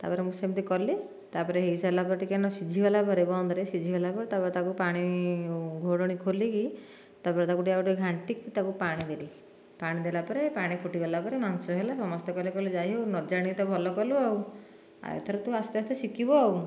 ତାପରେ ମୁଁ ସେମିତି କଲି ତାପରେ ହୋଇସାରିଲା ପରେ ଟିକିଏ ନାଆକୁ ସିଝିଗଲା ପରେ ବନ୍ଦରେ ସିଝିଗଲା ପରେ ତାପରେ ତାକୁ ପାଣି ଘୋଡ଼ଣି ଖୋଲିକି ତାପରେ ତାକୁ ଆଉ ଟିକିଏ ଘାଣ୍ଟିକି ତାକୁ ପାଣି ଦେଲି ପାଣି ଦେଲା ପରେ ପାଣି ଫୁଟିଗଲା ପରେ ମାଂସ ହେଲା ସମସ୍ତେ କହିଲେ କହିଲେ ଯାହା ବି ହେଉ ନଜାଣିକି ବି ତ ଭଲ କଲୁ ଆଉ ଆଉ ଏଥର ତୁ ଆସ୍ତେ ଆସ୍ତେ ଶିଖିବୁ ଆଉ